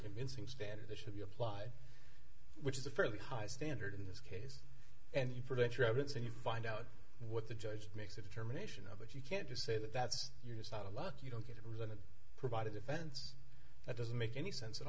convincing standard that should be applied which is a fairly high standard in this case and you present your evidence and you find out what the judge makes a determination of but you can't just say that that's you're just out of luck you don't get a reason to provide a defense that doesn't make any sense at